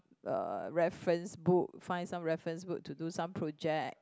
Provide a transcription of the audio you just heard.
uh reference book find some reference book to do some project